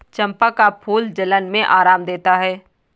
चंपा का फूल जलन में आराम देता है